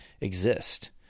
exist